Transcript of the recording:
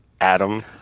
Adam